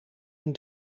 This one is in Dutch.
een